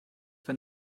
wenn